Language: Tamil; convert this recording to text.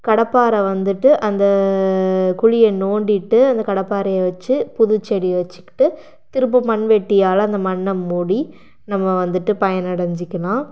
கடப்பாறை வந்துட்டு அந்த குழியைய நோண்டிட்டி அந்த கடப்பாறையை வச்சு புது செடியை வச்சுட்டு திரும்பவு மண்வெட்டியால் அந்த மண்ணை மூடி நம்ம வந்துட்டு பயன் அடைஞ்சுக்கலாம்